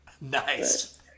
Nice